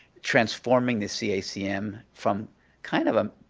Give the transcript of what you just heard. transforming this cacm from kind of a